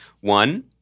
One